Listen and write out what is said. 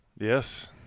yes